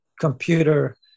computer